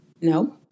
No